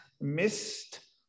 missed